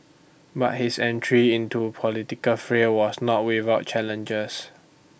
but his entry into political frail was not without challenges